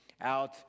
out